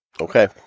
Okay